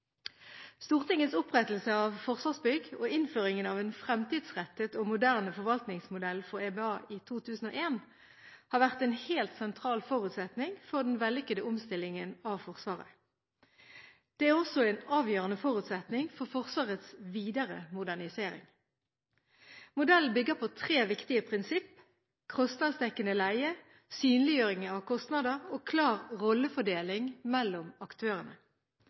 Stortingets opprettelse av Forsvarsbygg og innføringen av en fremtidsrettet og moderne forvaltningsmodell for EBA i 2001 har vært en helt sentral forutsetning for den vellykkede omstillingen av Forsvaret. Det er også en avgjørende forutsetning for Forsvarets videre modernisering. Modellen bygger på tre viktige prinsipper: kostnadsdekkende leie, synliggjøring av kostnader og klar rollefordeling mellom aktørene.